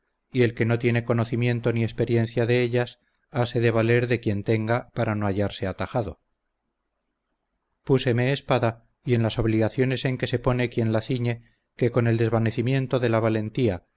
y el que no tiene conocimiento ni experiencia de ellas hase de valer de quien tenga para no hallarse atajado púseme espada y en las obligaciones en que se pone quien la ciñe que con el desvanecimiento de la valentía